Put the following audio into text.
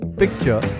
picture